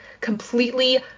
completely